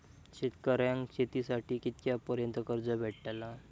शेतकऱ्यांका शेतीसाठी कितक्या पर्यंत कर्ज भेटताला?